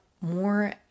more